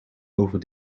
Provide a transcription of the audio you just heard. over